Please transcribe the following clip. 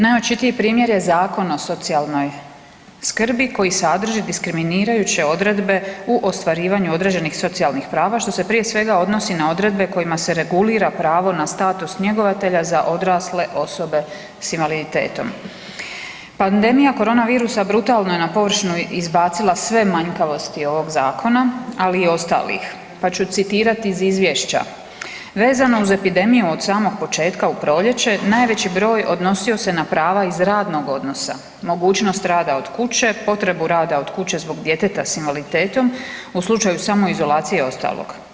Najočitiji primjer je Zakon o socijalnoj skrbi koji sadrži diskriminirajuće odredbe u ostvarivanju određenih socijalnih prava što se prije svega odnosi na odredbe kojima se regulira pravo na status njegovatelja za odrasle osobe s invaliditetom.“ Pandemija korona virusa brutalno je na površinu izbacila sve manjkavosti ovog zakona, ali i ostalih pa ću citirati iz izvješća „Vezano uz epidemiju od samog početka u proljeće najveći broj odnosio se na prava iz radnog odnosa, mogućnost rada od kuće, potrebu rada od kuće zbog djeteta s invaliditetom u slučaju samoizolacije i ostalog.